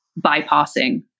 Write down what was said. bypassing